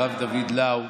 הרב דוד לאו,